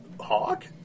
Hawk